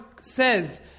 says